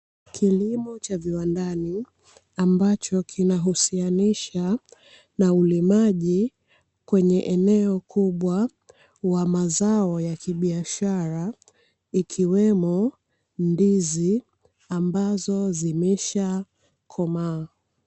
Kilimo cha viwandani ambacho kinahusianisha na ulimaji kwenye eneo kubwa wa mazo ya kibiashara, ikiwemo ndizi ambazo zimeshakomaa.